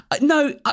No